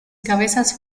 cabezas